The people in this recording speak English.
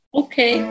okay